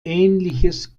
ähnliches